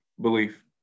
belief